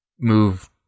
move